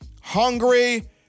hungry